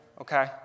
okay